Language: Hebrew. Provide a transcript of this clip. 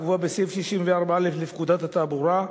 הקבועה בסעיף 64א לפקודת התעבורה,